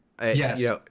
Yes